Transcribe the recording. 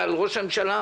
ועל ראש הממשלה,